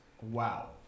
Wow